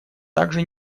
также